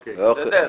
חוצפן, בסדר?